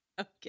Okay